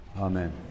Amen